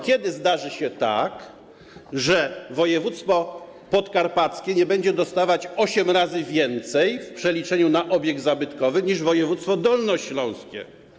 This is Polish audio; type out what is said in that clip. Kiedy zdarzy się tak, że województwo podkarpackie nie będzie dostawać osiem razy więcej w przeliczeniu na obiekt zabytkowy niż województwo dolnośląskie?